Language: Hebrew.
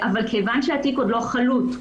אבל מכיוון שהתיק עוד לא חלוט,